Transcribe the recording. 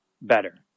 better